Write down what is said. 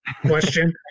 question